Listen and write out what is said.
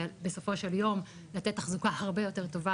ובסופו של יום לתת תחזוקה הרבה יותר טובה